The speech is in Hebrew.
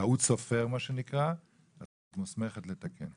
סופר מה שנקרא את מוסמכת לתקן.